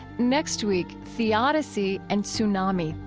next week, theodicy and tsunami.